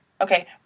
Okay